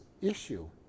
issue